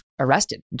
arrested